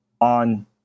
on